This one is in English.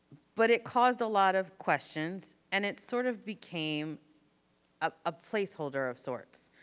but it caused a lot of questions and it sort of became a placeholder of sorts.